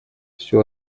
все